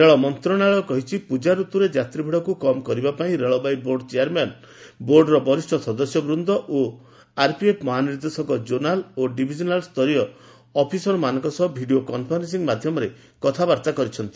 ରେଳ ମନ୍ତ୍ରଣାଳୟ କହିଛି ପୂଜା ରତୁରେ ଯାତ୍ରୀଭିଡ଼କୁ କମ୍ କରିବା ପାଇଁ ରେଳବାଇ ବୋର୍ଡ ଚେୟାରମ୍ୟାନ୍ ବୋର୍ଡର ବରିଷ୍ଣ ସଦସ୍ୟବୂନ୍ଦ ଓ ଆର୍ପିଏଫ୍ ମହାନିର୍ଦ୍ଦେଶକ ଜୋନାଲ ଓ ଡିଭିଜନାଲ ସ୍ତରୀୟ ଅଫିସରମାନଙ୍କ ସହ ଭିଡ଼ିଓ କନ୍ଫରେନ୍ସିଂ ମାଧ୍ୟମରେ କଥାବାର୍ତ୍ତା କରିଛନ୍ତି